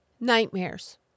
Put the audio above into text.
Nightmares